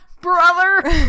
Brother